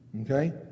Okay